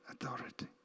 authority